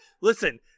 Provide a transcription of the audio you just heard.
listen